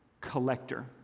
collector